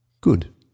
Good